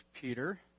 Peter